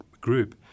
group